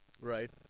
Right